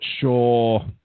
sure